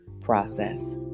process